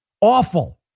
Awful